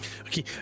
Okay